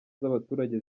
z’abaturage